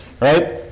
right